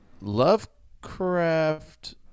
Lovecraft